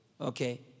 Okay